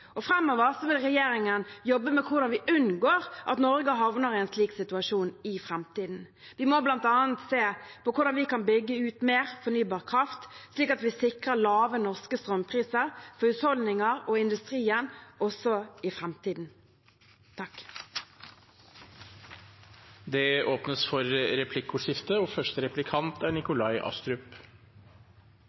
vil regjeringen jobbe med hvordan vi unngår at Norge havner i en slik situasjon i framtiden. Vi må bl.a. se på hvordan vi kan bygge ut mer fornybar kraft, slik at vi sikrer lave norske strømpriser for husholdninger og industrien også i framtiden. Det blir replikkordskifte. Som jeg nevnte i mitt innlegg, er